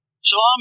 Shalom